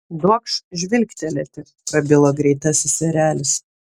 duokš žvilgtelėti prabilo greitasis erelis